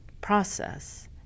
process